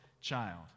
child